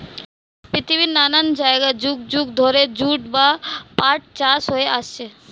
পৃথিবীর নানা জায়গায় যুগ যুগ ধরে জুট বা পাট চাষ হয়ে আসছে